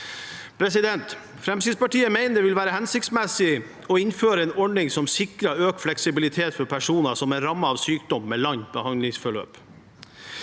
Fremskrittspartiet mener det vil være hensiktsmessig å innføre en ordning som sikrer økt fleksibilitet for personer som er rammet av sykdom med langt behandlingsforløp.